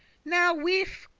now, wife,